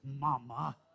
Mama